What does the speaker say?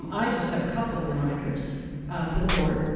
um i just have a couple of reminders for the board.